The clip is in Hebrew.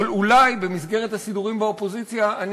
אבל אולי במסגרת הסידורים באופוזיציה אני